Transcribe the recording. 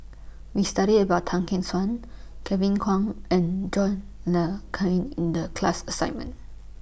We studied about Tan Gek Suan Kevin Kwan and John Le Cain in The class assignment